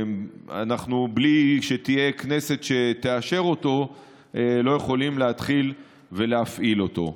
שבלי שתהיה כנסת שתאשר אותו אנחנו לא יכולים להתחיל להפעיל אותו.